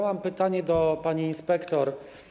Mam pytanie do pani inspektor.